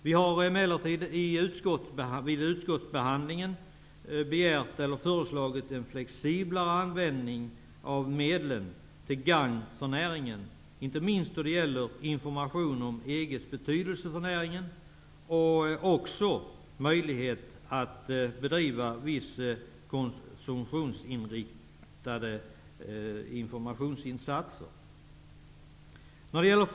Vi har emellertid vid utskottsbehandlingen föreslagit en flexiblare användning av medlen till gagn för näringen, inte minst då det gäller information om EG:s betydelse för näringen och möjligheten att bedriva vissa konsumtionsinriktade informationsinsatser.